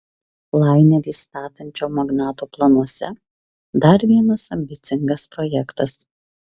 lainerį statančio magnato planuose dar vienas ambicingas projektas